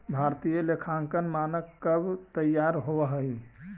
भारतीय लेखांकन मानक कब तईयार होब हई?